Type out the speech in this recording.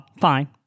fine